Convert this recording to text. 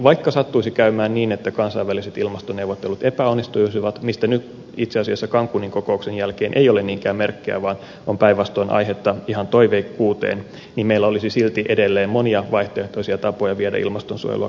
vaikka sattuisi käymään niin että kansainväliset ilmastoneuvottelut epäonnistuisivat mistä nyt itse asiassa cancunin kokouksen jälkeen ei ole niinkään merkkejä vaan on päinvastoin aihetta ihan toiveikkuuteen niin meillä olisi silti edelleen monia vaihtoehtoisia tapoja viedä ilmastonsuojelua kansainvälisesti eteenpäin